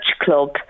Club